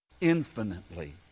infinitely